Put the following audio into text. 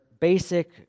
basic